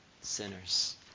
sinners